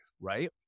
right